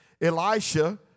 Elisha